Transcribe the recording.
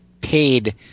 paid